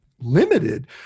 limited